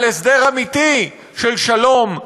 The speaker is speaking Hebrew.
על הסדר אמיתי של שלום,